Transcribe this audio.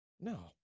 no